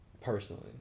personally